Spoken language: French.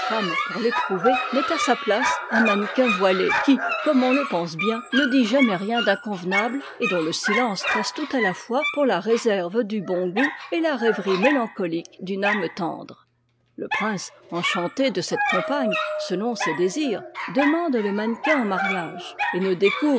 pour l'éprouver met à sa place un mannequin voilé qui comme on le pense bien ne dit jamais rien d'inconvenable et dont le silence passe tout à la fois pour la réserve du bon goût et la rêverie mélancolique d'une âme tendre le prince enchanté de cette compagne selon ses désirs demande le mannequin en mariage et ne